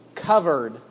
Covered